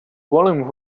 volume